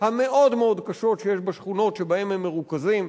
המאוד-מאוד קשות שיש בשכונות שבהן הם מרוכזים,